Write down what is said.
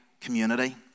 community